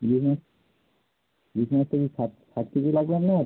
ইলিশ মাছটা ইলিশ মাছটা কি ষাট কেজি লাগবে আপনার